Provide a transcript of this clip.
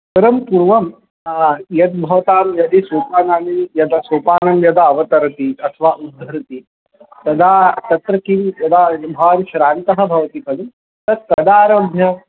परं पूर्वं यद् भवतां यदि सोपानानि यदा सोपानानि यदा अवतरति अथवा उद्धरति तदा तत्र किं यदा भवान् श्रान्तः भवति खलु तत् कदारभ्य